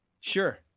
sure